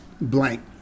blank